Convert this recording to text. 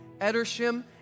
Edersham